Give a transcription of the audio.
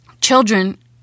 Children